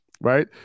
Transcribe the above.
right